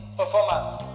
performance